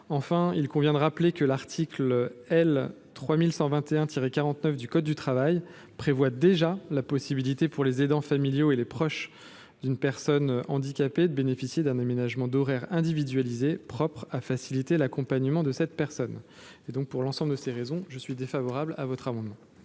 Enfin, il convient de rappeler que l’article L. 3121 49 du code du travail prévoit déjà la possibilité pour les aidants familiaux et les proches d’une personne handicapée de bénéficier d’un aménagement d’horaires individualisé propre à faciliter l’accompagnement de cette personne. Pour l’ensemble de ces raisons, je suis défavorable à cet amendement.